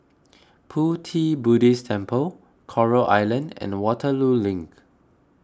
Pu Ti Buddhist Temple Coral Island and Waterloo Link